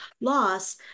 loss